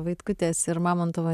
vaitkutės ir mamontovo